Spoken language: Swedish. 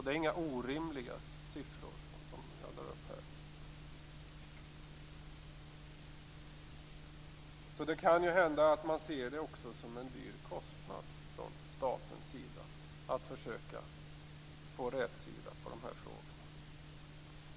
Detta är inga orimliga siffror. Det kan alltså hända att man från statens sida också ser detta som en dyr kostnad för att försöka få rätsida på de här frågorna.